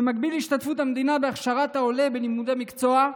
במקביל להשתתפות המדינה בהכשרת העולה בלימודי המקצוע,